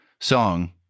song